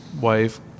wife